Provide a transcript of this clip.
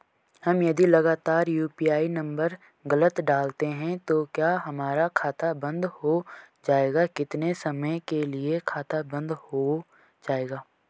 हम यदि लगातार यु.पी.आई नम्बर गलत डालते हैं तो क्या हमारा खाता बन्द हो जाएगा कितने समय के लिए खाता बन्द हो जाएगा?